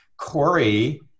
Corey